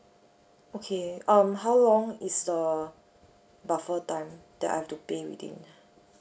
okay um how long is the buffer time that I have to pay within